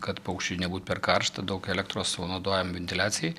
kad paukščiui nebūt per karšta daug elektros sunaudojam ventiliacijai